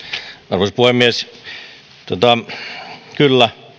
arvoisa puhemies kyllä